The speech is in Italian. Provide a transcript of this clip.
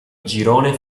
girone